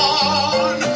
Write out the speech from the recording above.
on